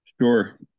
sure